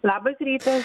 labas rytas